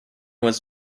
was